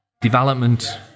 development